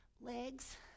legs